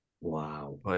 Wow